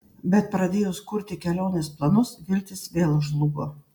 bet pradėjus kurti kelionės planus viltys vėl žlugo